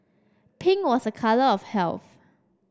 pink was a colour of health